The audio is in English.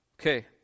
okay